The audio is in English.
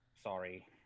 Sorry